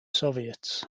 soviets